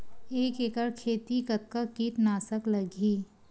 एक एकड़ खेती कतका किट नाशक लगही?